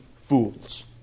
fools